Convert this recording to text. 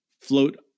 float